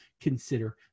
consider